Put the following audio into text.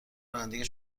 رانندگی